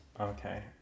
Okay